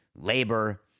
labor